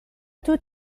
too